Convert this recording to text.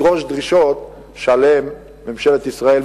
ידרוש דרישות שעליהן ממשלת ישראל,